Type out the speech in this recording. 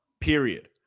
period